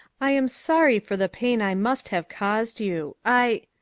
i am sorry for the pain i must have caused you i